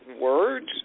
words